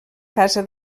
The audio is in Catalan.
casa